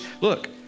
Look